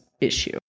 issue